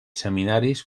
seminaris